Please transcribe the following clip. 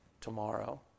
tomorrow